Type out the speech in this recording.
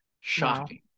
shocking